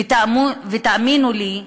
ותאמינו לי,